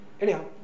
Anyhow